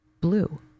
blue